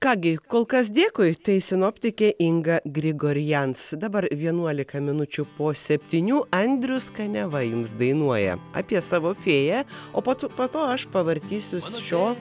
ką gi kol kas dėkui tai sinoptikė inga grigorians dabar vienuolika minučių po septynių andrius kaniava jums dainuoja apie savo fėją o po to po to aš pavartysiu šio